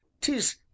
tis